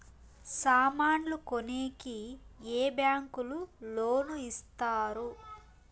సామాన్లు కొనేకి ఏ బ్యాంకులు లోను ఇస్తారు?